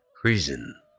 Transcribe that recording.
prison